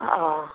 অঁ